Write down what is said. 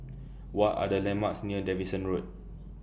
What Are The landmarks near Davidson Road